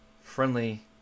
friendly